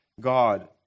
God